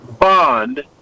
bond